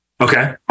Okay